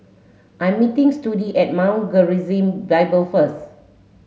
I am meeting Sudie at Mount Gerizim Bible first